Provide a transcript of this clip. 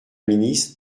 ministre